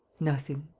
nothing.